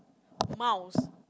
mouse